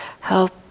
help